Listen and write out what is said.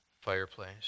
Fireplace